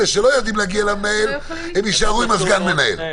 אלה שלא יודעים להגיע למנהל, יישארו עם סגן המנהל.